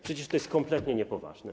Przecież to jest kompletnie niepoważne.